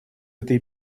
этой